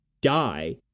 die